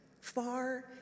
far